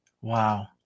Wow